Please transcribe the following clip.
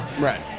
Right